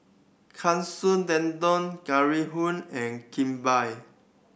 Katsu Tendon Hoo and Kimbap